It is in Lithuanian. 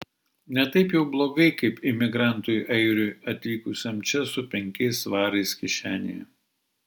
ne taip jau blogai kaip imigrantui airiui atvykusiam čia su penkiais svarais kišenėje